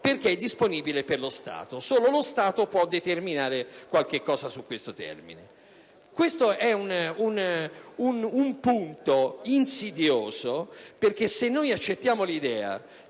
- è disponibile per lo Stato. Solo lo Stato può determinare qualcosa in tale campo. Questo è un punto insidioso, perché, se accettiamo l'idea